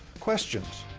questions.